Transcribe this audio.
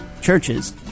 churches